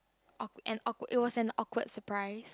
awk~ an awkward it was an awkward surprise